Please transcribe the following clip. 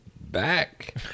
back